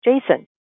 jason